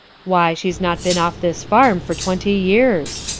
why, she's not been off this farm for twenty years!